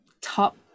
top